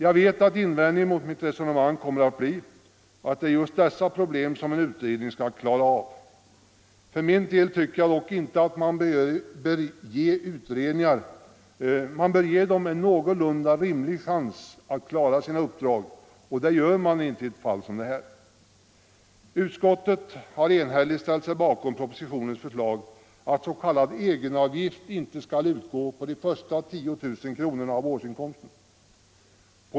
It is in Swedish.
Jag vet ait invändningen mot mitt resonemang kommer att bli att det är just dessa problem som en utredning skall klara av. För min del tycker jag dock att man bör ge utredningar en någorlunda rimlig chans att klara av sina uppdrag, men det gör man inte i det här fallet. Utskottet har enhälligt ställt sig bakom propositionens förslag att s.k. egenavgift inte skall utgå på de första 10 000 kronorna av årsinkomsten.